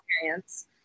experience